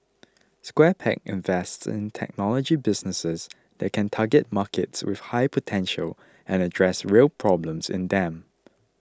Square Peg invests in technology businesses that can target markets with high potential and address real problems in them